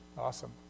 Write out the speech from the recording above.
Awesome